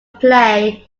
play